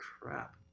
crap